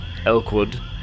Elkwood